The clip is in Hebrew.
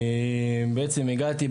בעצם הגעתי,